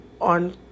on